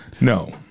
No